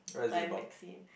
by Maxine